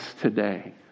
today